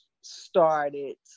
started